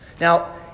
Now